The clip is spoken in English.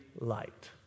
light